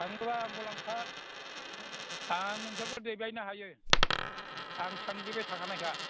थाङोबा आंखौ लांफा आं नोंसोरखौ दैबायनो हायो आं थांग्लिबाय थाखानायखा